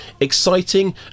Exciting